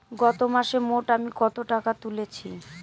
গত মাসে মোট আমি কত টাকা তুলেছি?